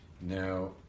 Now